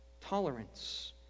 tolerance